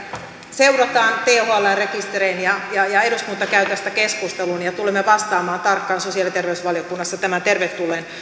seurataan thln rekisterein ja ja eduskunta käy tästä keskustelun ja tulemme vastaamaan tarkkaan sosiaali ja terveysvaliokunnassa tämän tervetulleen